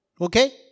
Okay